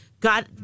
got